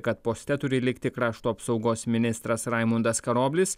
kad poste turi likti krašto apsaugos ministras raimundas karoblis